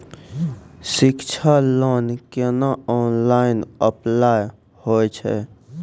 शिक्षा लोन केना online apply होय छै?